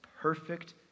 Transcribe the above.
perfect